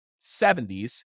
70s